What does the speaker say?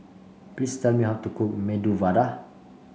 please tell me how to cook Medu Vada